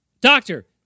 doctor